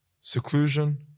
seclusion